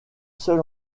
seul